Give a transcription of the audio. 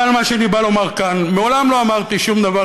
אבל מה שאני בא לומר כאן: מעולם לא אמרתי שום דבר